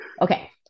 okay